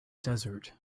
desert